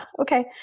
okay